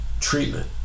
treatment